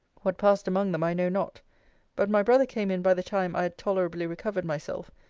what passed among them, i know not but my brother came in by the time i had tolerably recovered myself,